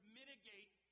mitigate